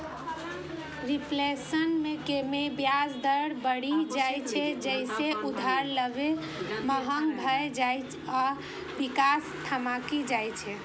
reflation मे ब्याज दर बढ़ि जाइ छै, जइसे उधार लेब महग भए जाइ आ विकास ठमकि जाइ छै